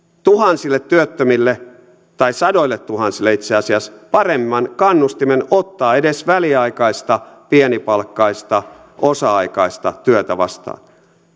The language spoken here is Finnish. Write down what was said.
tuhansille työttömille tai sadoilletuhansille itse asiassa paremman kannustimen ottaa edes väliaikaista pienipalkkaista osa aikaista työtä vastaan